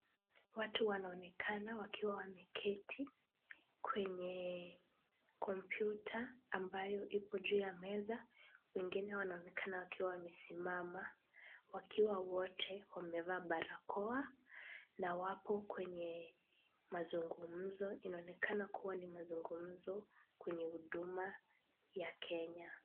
Watu wanaonekana wakiwa wameketi kwenye kompyuta ambayo iko juu ya meza, wengine wanaonekana wakiwa wamesimama wakiwa wote wamevaa barakoa na wako kwenye mazungumzo. Inaonekana kuwa ni mazungumzo kwenye Huduma ya Kenya.